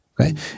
okay